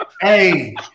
Hey